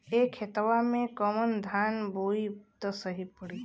ए खेतवा मे कवन धान बोइब त सही पड़ी?